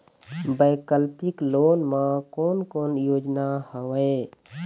वैकल्पिक लोन मा कोन कोन योजना हवए?